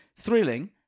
Thrilling